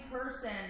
person